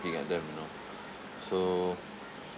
at them you know so